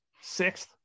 sixth